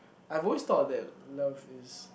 I've always thought that love is